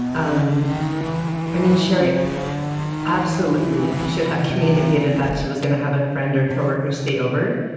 um i mean, sherry absolutely should have communicated that she was going to have a friend or co-worker stay over.